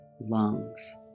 lungs